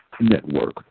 Network